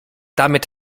damit